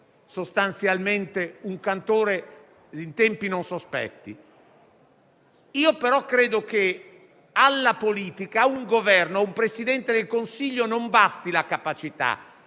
sostanzialmente un cantore in tempi non sospetti, però credo che alla politica, a un Governo o a un Presidente del Consiglio non basti la capacità.